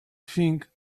think